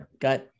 Got